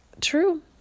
true